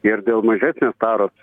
ir dėl mažesnės taros